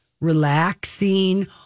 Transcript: relaxing